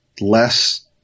Less